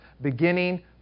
beginning